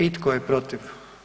I tko je protiv?